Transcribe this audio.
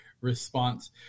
response